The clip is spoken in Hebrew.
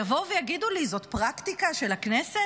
יבואו ויגידו לי: זאת פרקטיקה של הכנסת,